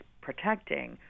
protecting